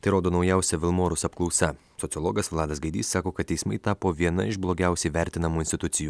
tai rodo naujausia vilmorus apklausa sociologas vladas gaidys sako kad teismai tapo viena iš blogiausiai vertinamų institucijų